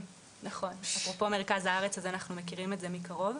אפרופו מרכז הארץ, אז אנחנו מכירים את זה מקרוב.